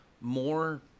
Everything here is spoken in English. More